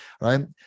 right